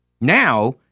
Now